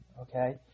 okay